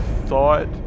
thought